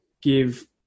give